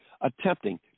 attempting